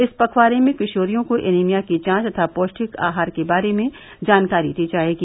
इस पखवारे में किशोरियों को एनीमिया की जांच तथा पौष्टिक आहार के बारे में जानकारी दी जाएगी